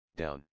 down